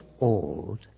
old